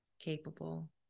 capable